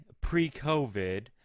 pre-COVID